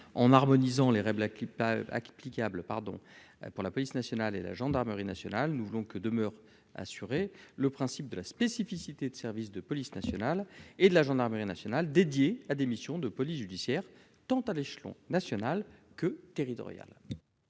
acquis pas acquis applicable, pardon pour la police nationale et la gendarmerie nationale, nous voulons que demeure assurer le principe de la spécificité de services de police nationale et de la gendarmerie nationale dédiée à des missions de police judiciaire, tant à l'échelon national que territorial.